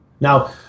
now